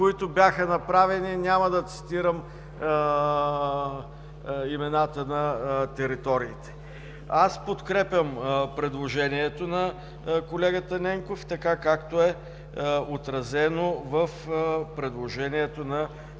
които бяха направени. Няма да цитирам имената на териториите. Подкрепям предложението на колегата Ненков така, както е отразено в предложението на